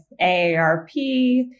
AARP